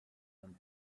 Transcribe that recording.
and